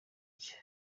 nshya